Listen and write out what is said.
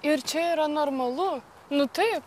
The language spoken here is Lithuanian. ir čia yra normalu nu taip